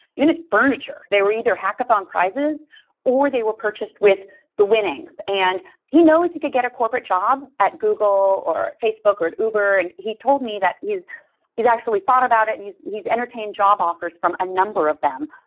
even his furniture, they were either hackathon prizes or they were purchased with the winnings. and he knows he could get a corporate job at google or facebook or uber and he told me that he's he's actually thought about it, and he's he's entertained job offers from a number of them,